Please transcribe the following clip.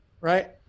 Right